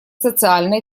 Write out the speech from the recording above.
социально